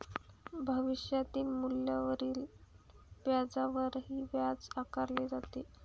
भविष्यातील मूल्यावरील व्याजावरच व्याज आकारले जाते